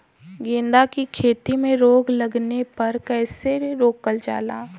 गेंदा की खेती में रोग लगने पर कैसे रोकल जाला?